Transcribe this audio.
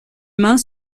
mains